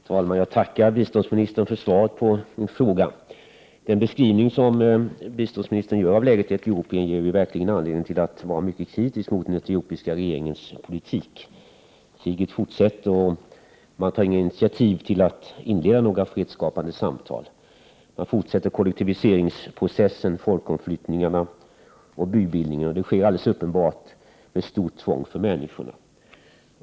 Herr talman! Jag tackar biståndsministern för svaret på min fråga. Den beskrivning som biståndsministern gör av läget i Etiopien ger verkligen anledning till att vara mycket kritisk mot den etiopiska regeringens politik. Kriget fortsätter, och man tar inga initiativ till att inleda några fredsskapande samtal. Man fortsätter kollektiviseringsprocessen, folkomflyttningarna och bybildningarna, och det sker alldeles uppenbart med stort tvång för människorna.